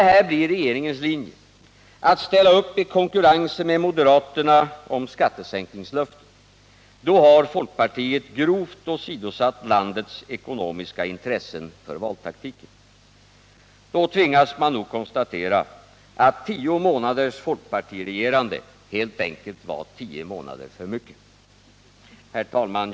Om detta blir regeringens linje — att ställa upp i konkurrensen med moderaterna om skattesänkningslöften — då har folkpartiet grovt åsidosatt landets ekonomiska intressen för valtaktiken. Då tvingas man nog konstatera att tio månaders folkpartiregerande helt enkelt var tio månader för mycket. Herr talman!